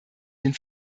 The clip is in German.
den